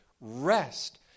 rest